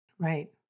Right